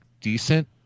decent